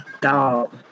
Dog